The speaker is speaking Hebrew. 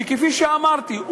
כפי שאמרתי,